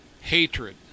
Hatred